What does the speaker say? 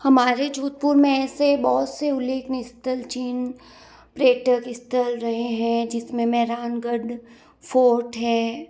हमारे जोधपुर में ऐसे बहुत से उल्लेखनीय स्थल चिन्ह पर्यटक स्थल रहे हैं जिसमें मेहरानगढ़ फ़ोर्ट है